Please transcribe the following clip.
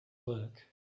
work